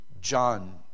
John